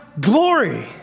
glory